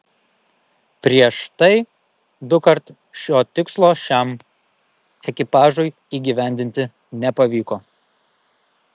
prieš tai dukart šio tikslo šiam ekipažui įgyvendinti nepavyko